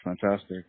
Fantastic